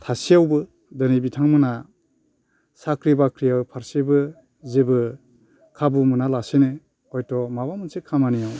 थासेयावबो दिनै बिथांमोना साख्रि बाख्रि फारसेबो जेबो खाबु मोनालासेनो हयथ' माबा मोनसे खामानियाव